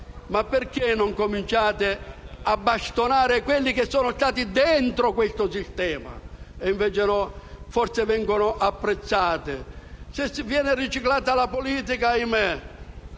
perché non cominciate a bastonare quelli che sono stati dentro questo sistema? Invece, forse vengono apprezzati. Se si viene riciclati nella politica è